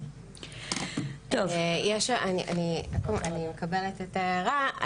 אני מקבלת את ההערה.